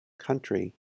country